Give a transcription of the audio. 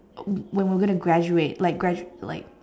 when we were going to graduate like graduate like